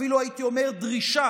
אפילו הייתי אומר דרישה,